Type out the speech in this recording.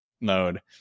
mode